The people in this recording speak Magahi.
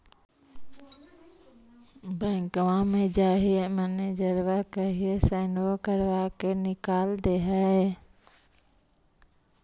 बैंकवा मे जाहिऐ मैनेजरवा कहहिऐ सैनवो करवा के निकाल देहै?